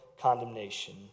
condemnation